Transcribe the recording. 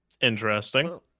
Interesting